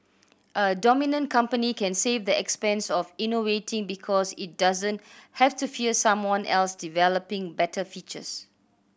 a dominant company can save the expense of innovating because it doesn't have to fear someone else developing better features